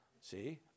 See